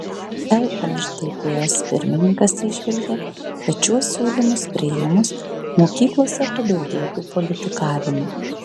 lšdps pirmininkas įžvelgia kad šiuos siūlymus priėmus mokyklose padaugėtų politikavimo